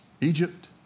Egypt